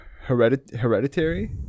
hereditary